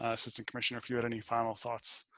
ah assistant commissioner, if you had any final thoughts,